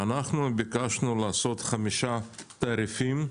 ביקשנו לקבוע חמישה תעריפים,